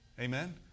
Amen